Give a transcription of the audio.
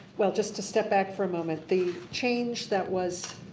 well, just to step back for a moment, the change that was.